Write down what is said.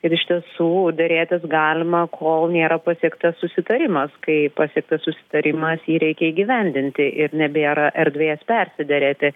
ir iš tiesų derėtis galima kol nėra pasiektas susitarimas kai pasiektas susitarimas jį reikia įgyvendinti ir nebėra erdvės persiderėti